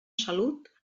salut